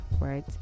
right